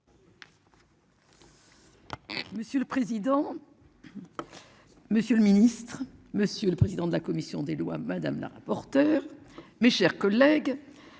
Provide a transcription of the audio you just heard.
Monsieur le président. Monsieur le Ministre, monsieur le président de la commission des lois. Madame la rapporteure. Mes chers collègues.